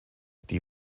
die